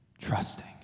trusting